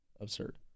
Absurd